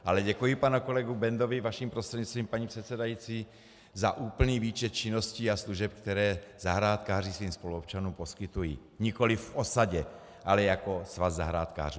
Ale děkuji panu kolegu Bendovi vaším prostřednictvím, paní předsedající za úplný výčet činností a služeb, které zahrádkáři svým spoluobčanům poskytují, nikoliv v osadě, ale jako svaz zahrádkářů.